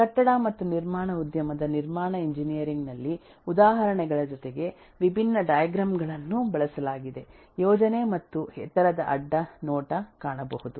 ಕಟ್ಟಡ ಮತ್ತು ನಿರ್ಮಾಣ ಉದ್ಯಮದ ನಿರ್ಮಾಣ ಎಂಜಿನಿಯರಿಂಗ್ ನಲ್ಲಿ ಉದಾಹರಣೆಗಳ ಜೊತೆಗೆ ವಿಭಿನ್ನ ಡೈಗ್ರಾಮ್ ಗಳನ್ನು ಬಳಸಲಾಗಿದೆ ಯೋಜನೆ ಮತ್ತು ಎತ್ತರದ ಅಡ್ಡ ನೋಟ ಕಾಣಬಹುದು